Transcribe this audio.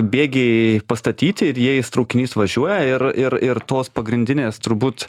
bėgiai pastatyti ir jais traukinys važiuoja ir ir ir tos pagrindinės turbūt